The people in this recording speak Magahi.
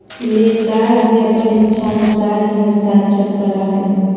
लेनदार भी अपन इच्छानुसार ही हस्ताक्षर करा हइ